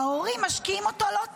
ההורים משקיעים אותו לא טוב,